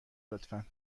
لطفا